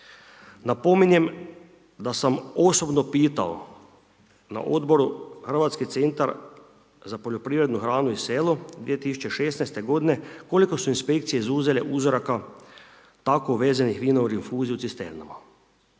Napominjem da sam osobno pitao na odboru hrvatski centar za poljoprivrednu hranu i selo 2016. godine koliko su inspekcije izuzele uzoraka tako vezanih vina u rinfuziju cisternama.